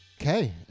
Okay